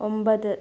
ഒമ്പത്